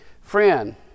Friend